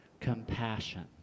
compassion